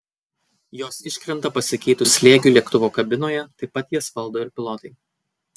jos iškrenta pasikeitus slėgiui lėktuvo kabinoje taip pat jas valdo ir pilotai